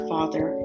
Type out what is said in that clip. Father